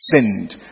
sinned